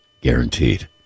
Guaranteed